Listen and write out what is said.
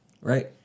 Right